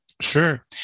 Sure